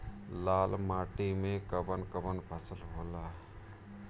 लाल माटी मे कवन कवन फसल होला?